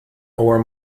ore